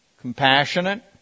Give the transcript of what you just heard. Compassionate